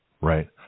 Right